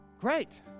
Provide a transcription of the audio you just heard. Great